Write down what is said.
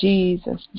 Jesus